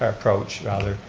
approach, rather,